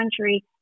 country